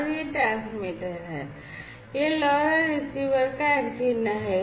और यह ट्रांसमीटर है यह LoRa रिसीवर का एंटीना है